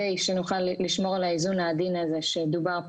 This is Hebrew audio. שנוכל לשמור על האיזון העדין הזה שדובר פה,